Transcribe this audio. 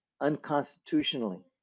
unconstitutionally